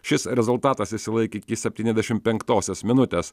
šis rezultatas išsilaikė iki septyniasdešim penktosios minutės